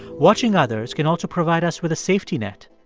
watching others can also provide us with a safety net.